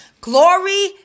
Glory